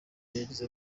yagize